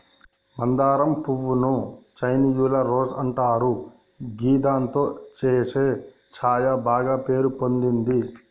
మందారం పువ్వు ను చైనీయుల రోజ్ అంటారు గిదాంతో చేసే ఛాయ బాగ పేరు పొందింది